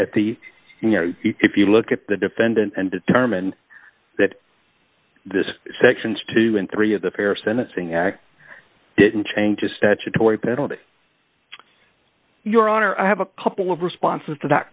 at the you know if you look at the defendant and determine that this sections two and three of the fare sentencing act didn't change a statutory penalty your honor i have a couple of responses to that